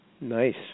Nice